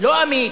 לא אמיץ,